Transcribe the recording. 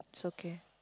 so K